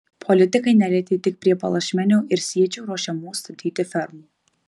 politikai nelietė tik prie palašmenio ir siečių ruošiamų statyti fermų